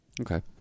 Okay